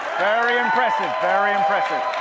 very impressive, very impressive.